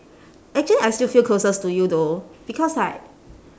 actually I still feel closest to you though because like